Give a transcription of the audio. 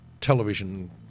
television